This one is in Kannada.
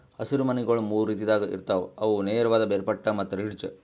ಹಸಿರು ಮನಿಗೊಳ್ ಮೂರು ರೀತಿದಾಗ್ ಇರ್ತಾವ್ ಅವು ನೇರವಾದ, ಬೇರ್ಪಟ್ಟ ಮತ್ತ ರಿಡ್ಜ್